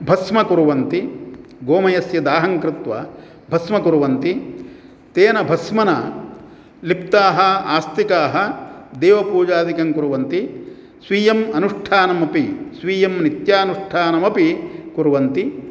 भस्मं कुर्वन्ति गोमयस्य दाहङ्कृत्वा भस्मं कुर्वन्ति तेन भस्मना लिप्ताः आस्तिकाः देवपूजादिकङ्कुर्वन्ति स्वीयम् अनुष्ठानमपि स्वीयं नित्यानुष्ठानमपि कुर्वन्ति